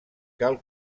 cal